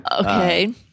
Okay